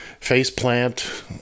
FacePlant